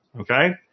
Okay